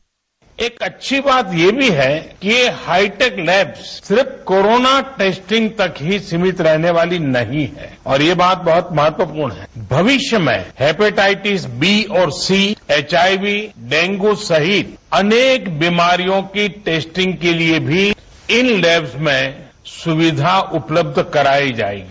bite एक अच्छी बात यह भी है कि हाइटेक लैब्स सिर्फ कोरोना टेस्टिंग तक ही सीमित रहने वाली नहीं और यह बात बहुत महत्वपूर्ण है भविष्य में हेपेटाइटिस बी और C H I V dengue सहित अनेक बीमारियों की टेस्टिंग के लिए भी इन लैब्स में सुविधा उपलब्ध कराई जाएगी